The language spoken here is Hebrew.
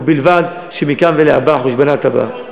ובלבד שמכאן ולהבא חושבנא טבא.